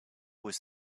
was